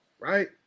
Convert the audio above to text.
Right